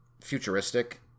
futuristic